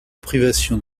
privation